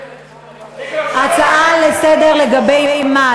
ההצעה לסדר, לגבי מה?